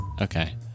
Okay